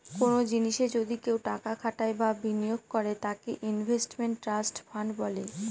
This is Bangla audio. কোনো জিনিসে যদি কেউ টাকা খাটায় বা বিনিয়োগ করে তাকে ইনভেস্টমেন্ট ট্রাস্ট ফান্ড বলে